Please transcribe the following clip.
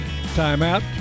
timeout